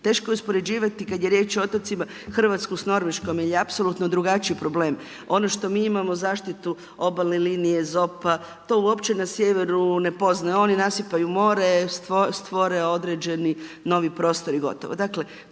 teško je uspoređivati kad je riječ o otocima Hrvatsku s Norveškom jer je apsolutno drugačiji problem. ono što mi imamo zaštitu obalne linije …/Govornik se ne razumije./… to uopće na sjeveru ne poznaje, oni nasipaju more, stvore određeni novi prostor i gotovo. Tu